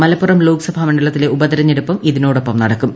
മലപ്പുറം ലോക്സഭാ മണ്ഡലത്തിലെ ഉപതെരഞ്ഞെടുപ്പും ഇതോടൊപ്പം നടക്കും